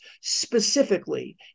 specifically